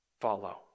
follow